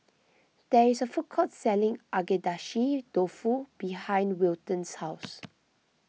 there is a food courts selling Agedashi Dofu behind Wilton's house